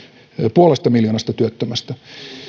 puolesta miljoonasta työttömästä